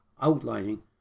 outlining